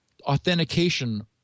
authentication